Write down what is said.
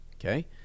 Okay